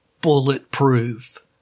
bulletproof